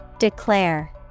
Declare